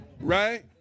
Right